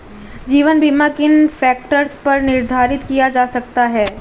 जीवन बीमा किन फ़ैक्टर्स पर निर्धारित किया जा सकता है?